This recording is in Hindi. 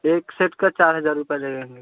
एक सेट का चार हज़ार रुपये लगेंगे